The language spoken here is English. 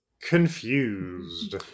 Confused